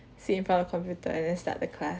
sit in front of computer and then start the class